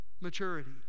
maturity